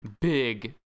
big